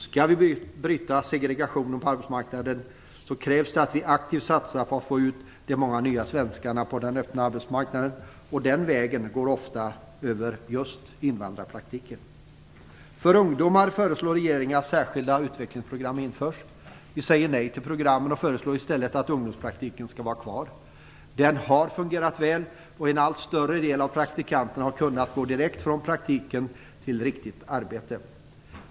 Skall vi bryta segregationen på arbetsmarknaden krävs det att vi aktivt satsar på att få ut de många nya svenskarna på den öppna arbetsmarknaden, och den vägen går ofta över just invandrarpraktiken. För ungdomar föreslår regeringen att särskilda utvecklingsprogram införs. Vi säger nej till programmen och föreslår i stället att ungdomspraktiken skall vara kvar. Den har fungerat väl, och en allt större del av praktikanterna har kunnat gå direkt från praktiken till riktigt arbete.